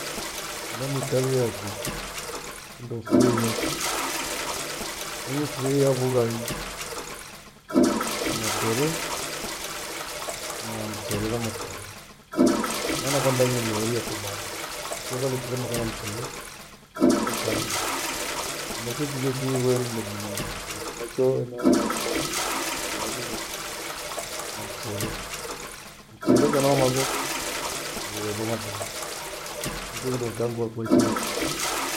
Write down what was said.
Hena mikalie yakwa kindo nifurie iya, nifurie vughai na mapre, na mchere na mapere. Maana kwanza nileherie ipho bara kwio kwalecharerima sana mchere ukahakwa na ikyo kijo kirwe nile vughai na mchere. Henakio hena nghuo yakomfiri lazima ela vughai na mchere, mchere kana maghobe uwebo maghare nikio kwenda kukaangwa kwaichiikaa kindokicha.